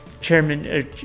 Chairman